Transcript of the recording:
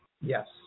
yes